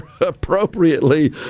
appropriately